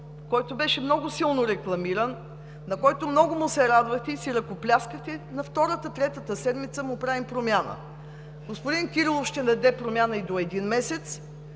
който беше много силно рекламиран, на който много му се радвахте и си ръкопляскахте, на втората, третата седмица му правим промяна. Господин Кирилов ще даде промяна и до един месец